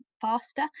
faster